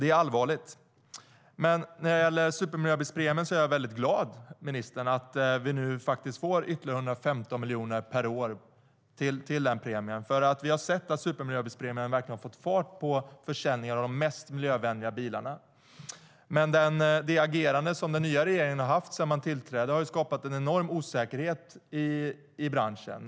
Det är allvarligt. Men när det gäller supermiljöbilspremien är jag väldigt glad att vi nu faktiskt får ytterligare 115 miljoner per år till den premien. Vi har nämligen sett att supermiljöbilspremien verkligen har fått fart på försäljningen av de mest miljövänliga bilarna. Men det agerande som den nya regeringen har haft sedan den tillträdde har skapat en enorm osäkerhet i branschen.